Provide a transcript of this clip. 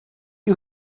you